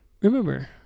remember